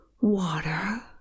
Water